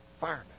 firemen